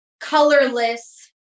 colorless